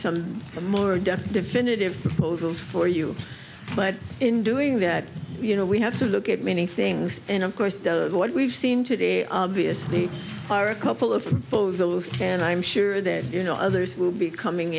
some more debt definitive totals for you but in doing that you know we have to look at many things and of course what we've seen today obviously are a couple of the list and i'm sure that you know others will be coming